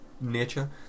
nature